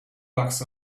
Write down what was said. bucks